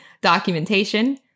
documentation